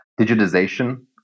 digitization